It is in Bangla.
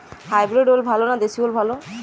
হাইব্রিড ওল ভালো না দেশী ওল ভাল?